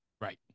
Right